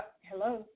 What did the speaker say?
Hello